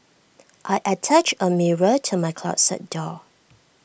I attached A mirror to my closet door